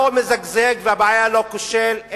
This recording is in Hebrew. לא מזגזג והבעיה לא כושל,